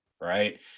right